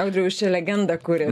audriau jūs čia legendą kuria